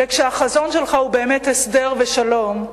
וכשהחזון שלך הוא באמת הסדר ושלום,